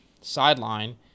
sideline